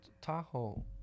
Tahoe